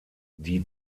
die